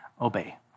obey